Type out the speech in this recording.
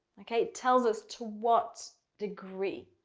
okay. it tells us to what degree.